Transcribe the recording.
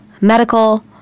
medical